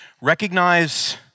Recognize